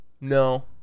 No